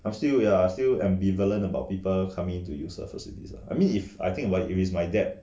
I still ya I'm still ambivalent about people coming into use the facilities lah I mean if I think about it it's my dad